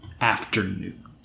afternoon